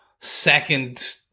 second